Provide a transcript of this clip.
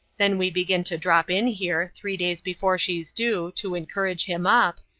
then we begin to drop in here, three days before she's due, to encourage him up,